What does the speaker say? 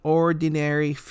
ordinary